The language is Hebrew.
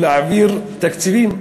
ולהעביר תקציבים.